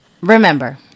Remember